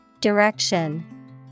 Direction